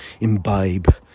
imbibe